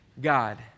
god